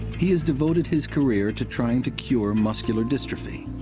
he has devoted his career to trying to cure muscular dystrophy,